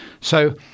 So-